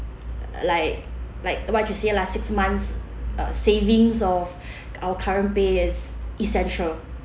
like like what you say lah six months uh savings of our current pay is essential